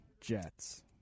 Jets